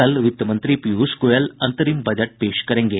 कल वित्त मंत्री पीयूष गोयल अंतरिम बजट पेश करेंगे